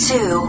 Two